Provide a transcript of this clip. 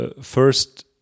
First